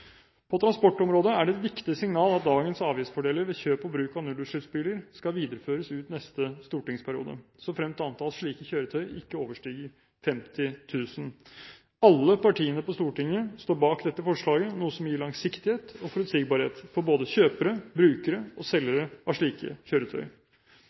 På transportområdet er det et viktig signal at dagens avgiftsfordeler ved kjøp og bruk av nullutslippsbiler skal videreføres ut neste stortingsperiode, så fremt antallet slike kjøretøy ikke overstiger 50 000. Alle partiene på Stortinget står bak dette forslaget, noe som gir langsiktighet og forutsigbarhet for både kjøpere, brukere og